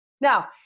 Now